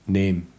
name